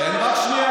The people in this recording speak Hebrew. תן לי רק שנייה.